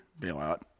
bailout